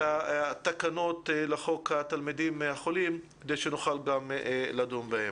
התקנות לחוק התלמידים החולים כדי שנוכל גם לדון בהן.